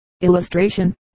illustration